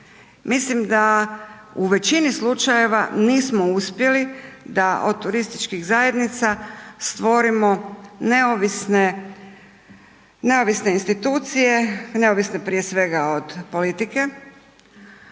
Mislim da u većini slučajeva nismo uspjeli da od turističkih zajednica stvorimo neovisne institucije, neovisne prije svega od politike,